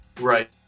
Right